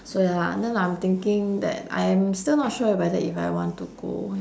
so ya and then I'm thinking that I am still not sure whether if I want to go